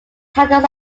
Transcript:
titles